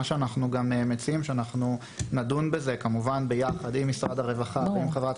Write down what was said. אנחנו מציעים שאנחנו נדון בזה ביחד עם משרד הרווחה ועם חברת